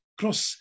cross